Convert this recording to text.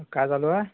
काय चालू आहे